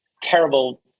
terrible